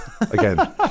again